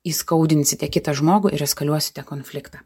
įskaudinsite kitą žmogų ir eskaliuosite konfliktą